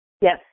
Yes